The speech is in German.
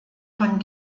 von